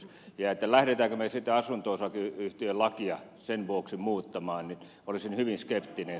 sen suhteen lähdetäänkö asunto osakeyhtiölakia sen vuoksi muuttamaan olisin hyvin skeptinen